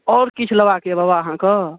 आओर किछु लेबाक यऽ बाबा अहाँकऽ